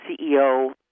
CEO